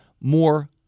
more